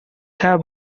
have